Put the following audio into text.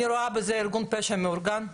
אני רואה בזה ארגון פשע מאורגן.